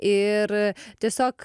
ir tiesiog